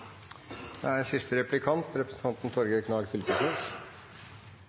da: Er representanten